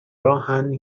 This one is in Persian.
راهن